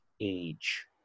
age